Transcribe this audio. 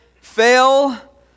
fail